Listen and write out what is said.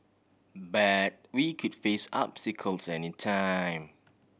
but we could face obstacles any time